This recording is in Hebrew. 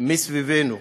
מסביבנו,